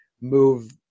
move